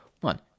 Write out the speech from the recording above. one